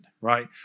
right